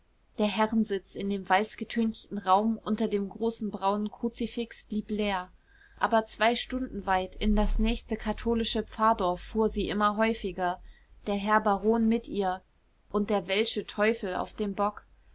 der herrensitz in dem weißgetünchten raum unter dem großen braunen kruzifix blieb leer aber zwei stunden weit in das nächste katholische pfarrdorf fuhr sie immer häufiger der herr baron mit ihr und der welsche teufel auf dem bock